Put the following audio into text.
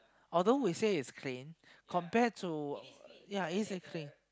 although we say is clean compare to ya easy clean